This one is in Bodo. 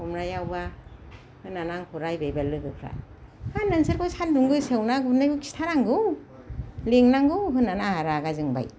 हमनायावबा होननानै आंखौ रायबाय बाल लोगोफ्रा हा नोंसोरखौ सानदुं गोसायाव ना गुरनायखौ खिथानांगौ लेंनांगौ होननानै आंहा रागा जोंबाय